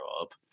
up